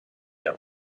der